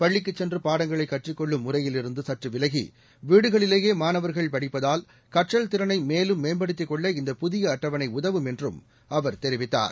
பள்ளிக்குச் சென்று பாடங்களை கற்றுக் கொள்ளும் முறையிலிருந்து சற்று விலகி வீடுகளிலேயே மாணவர்கள் படிப்பதால் கற்றல் திறனை மேலும் மேம்படுத்திக் கொள்ள இந்த புதிய அட்டவணை உதவும் என்றும் அவர் தெரிவித்தார்